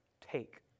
take